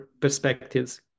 perspectives